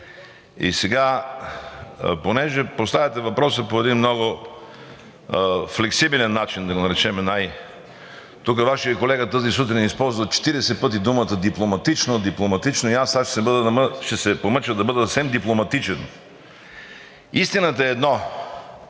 сега поставяте въпроса по един много флексибилен начин, да го наречем. Вашият колега тази сутрин използва тук 40 пъти думата „дипломатично“, „дипломатично“. И сега аз ще се помъча да бъда съвсем дипломатичен. Истината е една,